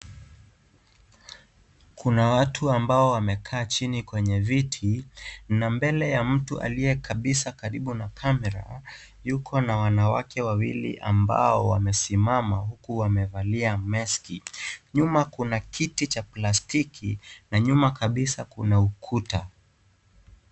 Kuna watu ambao wamekaa chini kwenye viti na mbele ya mtu aliyekabisa mbele ya kamera, yuko na wanawake wawili ambao wamesimama huku Wamevalia meski . Nyuma kuna kiti cha plastiki na nyuma kabisa kuna ukuta.